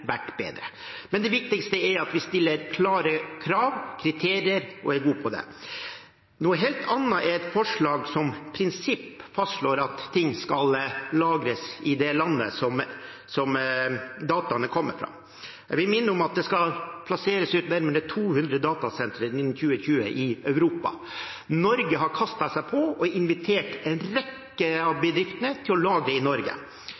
vært bedre. Men det viktigste er at vi stiller klare krav, har klare kriterier og er gode på det. Noe helt annet er et forslag som i prinsipp fastslår at dataene skal lagres i det landet som de kommer fra. Jeg vil minne om at det skal plasseres ut nærmere 200 datasentre innen 2020 i Europa. Norge har kastet seg på og invitert en rekke av bedriftene til å lagre i Norge.